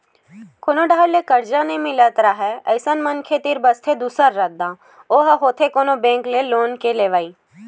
कोनो डाहर ले करजा नइ मिलत राहय अइसन मनखे तीर बचथे दूसरा रद्दा ओहा होथे कोनो बेंक ले लोन के लेवई